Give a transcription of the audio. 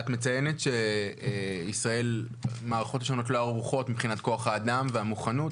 את מציינת שהמערכות השונות בישראל לא ערוכות מבחינת כוח האדם והמוכנות.